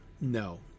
No